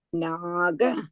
naga